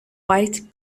white